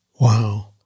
Wow